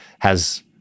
has-